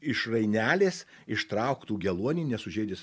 iš rainelės ištrauktų geluonį nesužeidęs